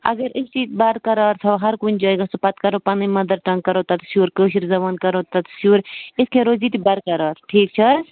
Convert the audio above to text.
اگر أزۍکی برقرار تھاوَو ہر کُنہِ جایہِ گژھَو پتہٕ کَرَو پَنٕنۍ مَدَر ٹنٛگ کرو تَتہِ یوٗرٕ کٲشِر زبان کَرَو تَتِس یوٕ یِتھٕ کٔنۍ روزِ یِتہِ برقرار ٹھیٖک چھا حظ